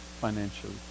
financially